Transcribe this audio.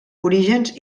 orígens